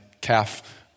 calf